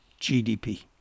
GDP